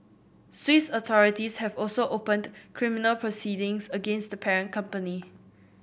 swiss authorities have also opened criminal proceedings against the parent company